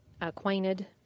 acquainted